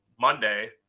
Monday